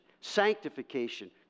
sanctification